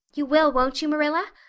you will, won't you, marilla?